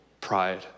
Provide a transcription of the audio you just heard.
pride